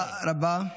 תודה רבה.